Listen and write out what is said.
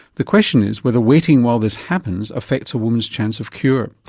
the question is whether waiting while this happens affects a woman's chance of cure?